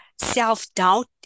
self-doubt